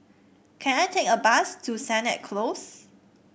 can I take a bus to Sennett Close